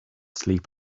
sleep